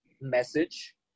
message